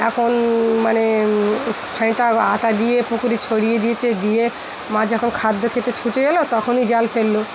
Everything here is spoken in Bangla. এখন মানে সেইটা আটা দিয়ে পুকুরে ছড়িয়ে দিয়েছে দিয়ে মাছ যখন খাদ্য খেতে ছুটে গেলো তখনই জাল ফেললো